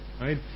right